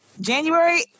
January